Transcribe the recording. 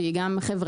שהיא גם חברתית,